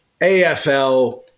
AFL